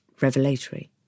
revelatory